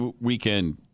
weekend